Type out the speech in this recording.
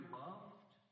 loved